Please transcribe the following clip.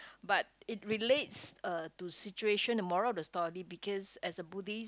but it relates uh to situation the moral of the story because as a Buddhist